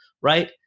Right